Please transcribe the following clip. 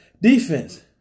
defense